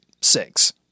six